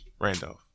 Randolph